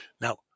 now